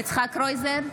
קרויזר,